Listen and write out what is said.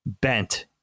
bent